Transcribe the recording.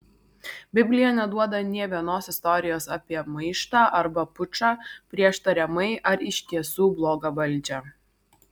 biblija neduoda nė vienos istorijos apie maištą arba pučą prieš tariamai ar iš tiesų blogą valdžią